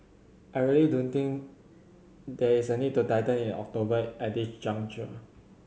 I really don't think there is a need to tighten in October at this juncture